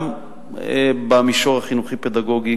גם במישור החינוכי-פדגוגי,